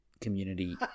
community